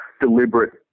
deliberate